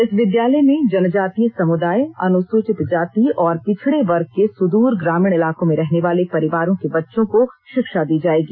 इस विद्यालय में जनजातीय समुदाय अनुसूचित जाति और पिछड़े वर्ग के सुदूर ग्रामीण इलाकों में रहने वाले परिवारों के बच्चों को षिक्षा दी जायेगी